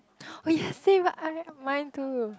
oh yes same i mine too